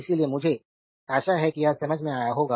इसलिए मुझे आशा है कि यह समझ में आया होगा